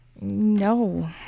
No